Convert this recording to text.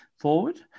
forward